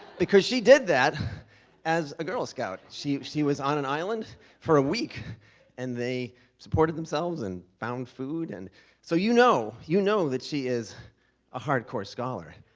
because she did that as a girl scout she she was on an island for a week and they supported themselves and found food and so, you know, you know that she is a hardcore scholar